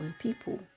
people